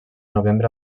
novembre